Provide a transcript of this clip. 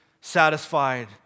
satisfied